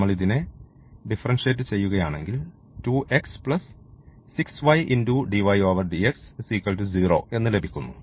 നമ്മൾ ഇതിനെ ഡിഫറെൻഷ്യറ്റ് ചെയ്യുകയാണെങ്കിൽ 2x 6y dydx 0 എന്ന് ലഭിക്കുന്നു